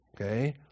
Okay